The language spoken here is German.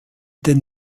den